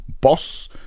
Boss